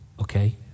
Okay